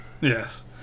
Yes